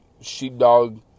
sheepdog